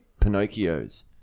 Pinocchios